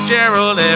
Gerald